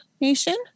Nation